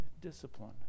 discipline